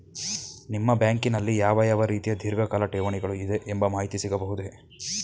ನಿಮ್ಮ ಬ್ಯಾಂಕಿನಲ್ಲಿ ಯಾವ ಯಾವ ರೀತಿಯ ಧೀರ್ಘಕಾಲ ಠೇವಣಿಗಳು ಇದೆ ಎಂಬ ಮಾಹಿತಿ ಸಿಗಬಹುದೇ?